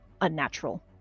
unnatural